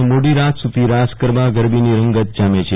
અને મોડીરાત સુધી રાસગ રબા ગરબોની રંગત જામ છ